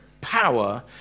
power